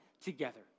together